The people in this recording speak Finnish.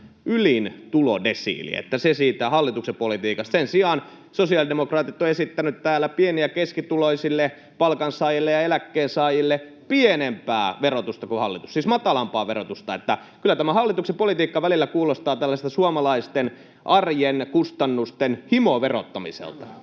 ylin tulodesiili. Eli se siitä hallituksen politiikasta. Sen sijaan sosiaalidemokraatit ovat esittäneet täällä pieni- ja keskituloisille palkansaajille ja eläkkeensaajille pienempää verotusta kuin hallitus, siis matalampaa verotusta. Kyllä tämä hallituksen politiikka välillä kuulostaa tällaiselta suomalaisten arjen kustannusten himoverottamiselta.